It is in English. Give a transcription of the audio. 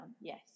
Yes